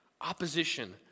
Opposition